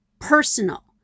personal